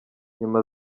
nyuma